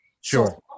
Sure